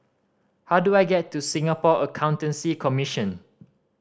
how do I get to Singapore Accountancy Commission